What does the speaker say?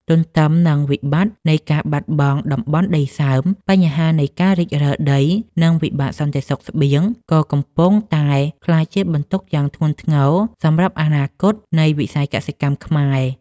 ទន្ទឹមនឹងវិបត្តិនៃការបាត់បង់តំបន់ដីសើម បញ្ហានៃ ការរិចរឹលដី និងវិបត្តិសន្តិសុខស្បៀង ក៏កំពុងតែក្លាយជាបន្ទុកយ៉ាងធ្ងន់ធ្ងរសម្រាប់អនាគតនៃវិស័យកសិកម្មខ្មែរ។